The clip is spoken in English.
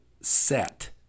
set